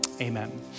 Amen